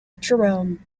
jerome